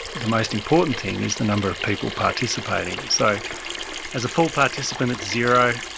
the most important thing is the number of people participating. so as a full participant, it's zero.